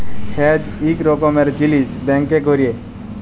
hedge ইক রকমের জিলিস ব্যাংকে ক্যরে